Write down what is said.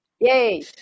Yay